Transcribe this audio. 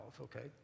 okay